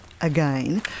again